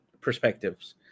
perspectives